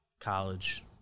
College